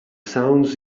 sounds